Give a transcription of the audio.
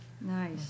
Nice